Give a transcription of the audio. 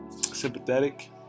sympathetic